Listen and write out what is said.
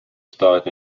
starred